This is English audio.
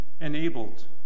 enabled